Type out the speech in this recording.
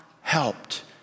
helped